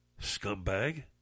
Scumbag